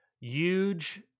Huge